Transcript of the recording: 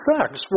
sex